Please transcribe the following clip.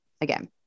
again